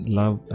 love